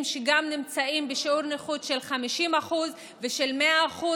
שנמצאים גם בשיעור נכות של 50% ושל 100%,